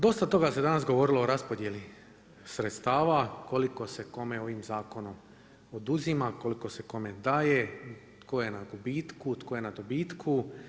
Dosta toga se danas govorilo o raspodjeli sredstava, koliko se kome ovim zakonom oduzima, koliko se kome daje, tko je na gubitku, tko je na dobitku.